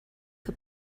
que